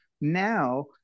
Now